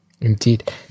indeed